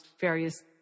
various